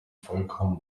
vollkommen